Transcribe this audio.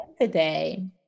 today